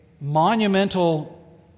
monumental